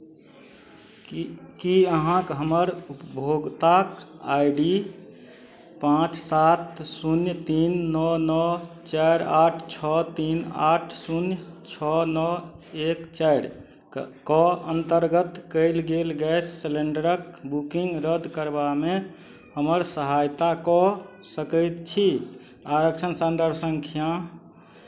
की की अहाँक हमर उपभोक्ताक आइ डी पाँच सात शून्य तीन नओ नओ चारि आठ छओ तीन आठ शून्य छओ नओ एक चारिके के अन्तर्गत कयल गेल गैस सिलैण्डरक बुकिंग रद्द करबामे हमर सहायता कऽ सकैत छी आरक्षण सन्दर्भ सङ्ख्या